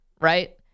right